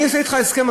אני אעשה אתך הסכם,